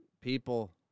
people